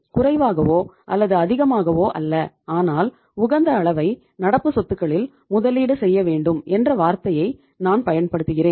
குறைவாகவோ அல்லது அதிகமாகவோ அல்ல ஆனால் உகந்த அளவை நடப்பு சொத்துக்களில் முதலீடு செய்ய வேண்டும் என்ற வார்த்தையை நான் பயன்படுத்துகிறேன்